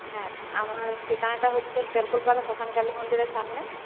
হ্যাঁ আমার ঠিকানাটা হচ্ছে তেলকল পাড়া শ্মশানকালি মন্দিরের সামনে